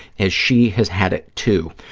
as she has had it, too.